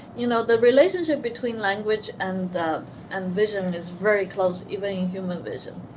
you know, the relationship between language and and vision is very close even in human vision.